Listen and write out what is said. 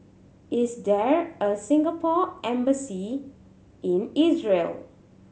is there a Singapore Embassy in Israel